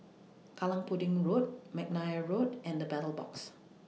Kallang Pudding Road Mcnair Road and The Battle Box